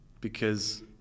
because-